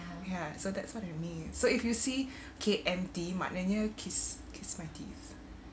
ya so that's what it means so if you see K_M_T maknanya kiss kiss my teeth